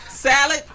Salad